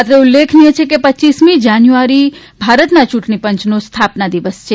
અત્રે ઉલ્લેખનીય છે કે પચ્ચીસમી જાન્યુઆરી ભારતના યૂંટણી પંચનો સ્થાપના દિન છે